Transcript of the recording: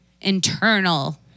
internal